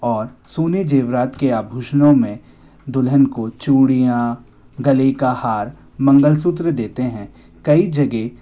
और सोने जेवरात के आभूषणों में दुल्हन को चुड़ियाँ गले का हार मंगलसूत्र देते हैं कई जगह